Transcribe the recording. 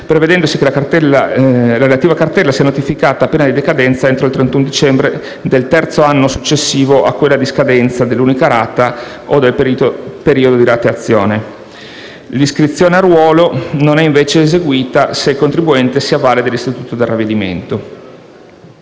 prevedendosi che la relativa cartella sia notificata, pena di decadenza, entro il 31 dicembre del terzo anno successivo a quello di scadenza dell'unica rata o del periodo di rateizzazione. L'iscrizione a ruolo non è invece eseguita se il contribuente si avvale dell'istituto del ravvedimento.